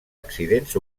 accidents